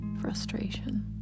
frustration